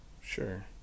Sure